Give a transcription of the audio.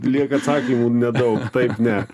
lieka atsakymų nedaug taip ne